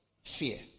Fear